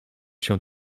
się